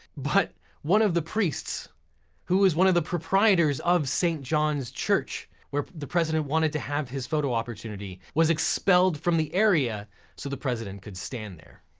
but one of the priests who was one of the proprietors of st john's church, where the president wanted to have his photo opportunity, was expelled from the area so the president could stand there.